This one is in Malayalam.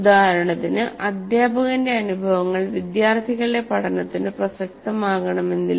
ഉദാഹരണത്തിന് അധ്യാപകന്റെ അനുഭവങ്ങൾ വിദ്യാർത്ഥികളുടെ പഠനത്തിന് പ്രസക്തമാകണമെന്നില്ല